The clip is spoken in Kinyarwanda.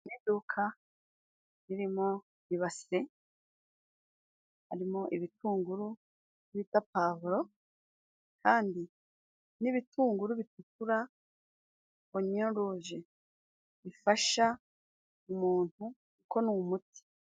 Mu iduka ririmo ibase harimo ibitunguru bita pavuro kandi n'ibitunguru bitukura, onyo ruje bifasha umuntu kuko ni umuti.